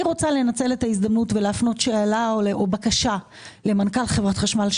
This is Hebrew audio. אני רוצה לנצל את ההזדמנות ולהפנות בקשה למנכ"ל חברת חשמל,